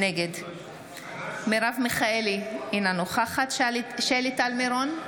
נגד מרב מיכאלי, אינה נוכחת שלי טל מירון,